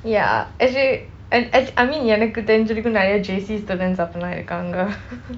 ya actually and act~ I mean எனக்கு தெரிஞ்ச வரைக்கும் நிறைய:enakku therinja varaikum niraiya J_C students அப்படி இருக்காங்க:appadi irukkanka